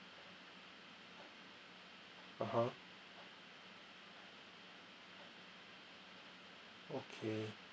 (uh huh) okay